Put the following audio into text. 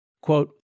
Quote